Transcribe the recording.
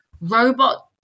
robot